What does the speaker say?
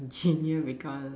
dream you become